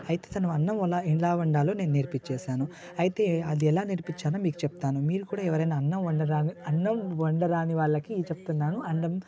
అయితే తను అన్నం ఎలా వండాలో నేను నేర్పించేసాను అయితే అది ఎలా నేర్పించాను మీకు చెప్తాను మీరు కూడా ఎవరైనా అన్నం వండరాని అన్నం వండరాని వాళ్ళకి చెప్తున్నాను అన్నం